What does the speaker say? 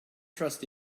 trust